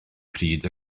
pryd